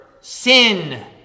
sin